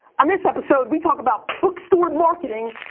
on this episode, we talk about bookstore marketing,